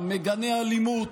מגנה אלימות,